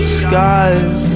skies